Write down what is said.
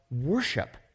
worship